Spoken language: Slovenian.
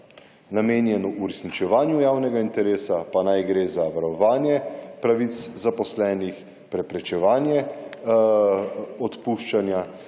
namenjeno uresničevanju javnega interesa, pa naj gre za varovanje pravic zaposlenih, preprečevanje odpuščanja,